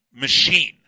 machine